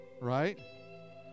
Right